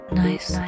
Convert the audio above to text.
nice